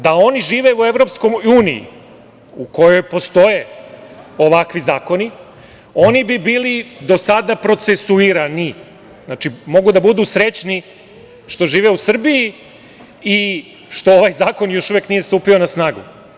Da oni žive u EU u kojoj postoje ovakvi zakoni oni bi bili do sada procesuirani, mogu da budu srećni što žive u Srbiji i što ovaj zakon još uvek nije stupio na snagu.